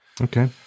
Okay